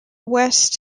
west